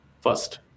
first